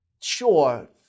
Sure